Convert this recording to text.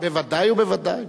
בוודאי ובוודאי.